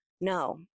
No